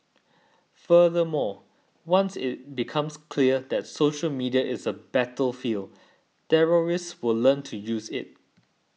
furthermore once it becomes clear that social media is a battlefield terrorists will learn to use it